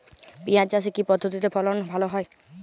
পিঁয়াজ চাষে কি পদ্ধতিতে ফলন ভালো হয়?